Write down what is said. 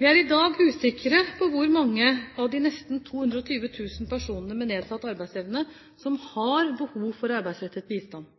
Vi er i dag usikre på hvor mange av de nesten 220 000 personene med nedsatt arbeidsevne som har behov for arbeidsrettet bistand. Usikkerheten knytter seg særlig til hvor stort behovet for arbeidsrettet bistand